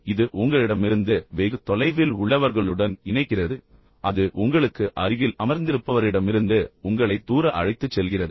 எனவே இது உங்களிடமிருந்து வெகு தொலைவில் உள்ளவர்களுடன் இணைக்கிறது ஆனால் அது உங்களுக்கு அருகில் அமர்ந்திருப்பவரிடமிருந்து உங்களை தூர அழைத்துச் செல்கிறது